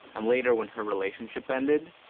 and later, when her relationship ended,